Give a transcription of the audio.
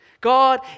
God